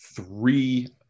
three